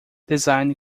design